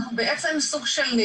אנחנו בעצם סוג של,